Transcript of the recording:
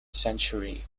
century